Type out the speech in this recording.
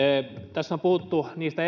tässä on puhuttu niistä